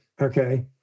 Okay